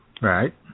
Right